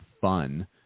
fun